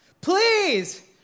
Please